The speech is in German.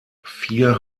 vier